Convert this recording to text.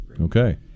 Okay